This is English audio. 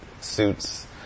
suits